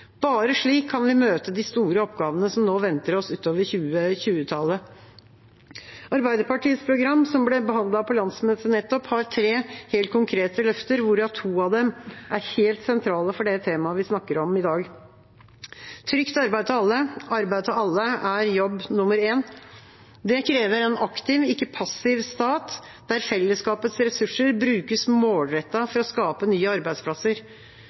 Bare slik kan vi møte de store oppgavene som nå venter oss utover 2020-tallet. Arbeiderpartiets program, som ble behandlet på landsmøtet nettopp, har tre helt konkrete løfter, hvorav to av dem er helt sentrale for det temaet vi snakker om i dag: Det skal være trygt arbeid til alle. Arbeid til alle er jobb nummer én. Det krever en aktiv, ikke passiv, stat, der fellesskapets ressurser brukes målrettet for å skape nye arbeidsplasser.